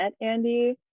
Andy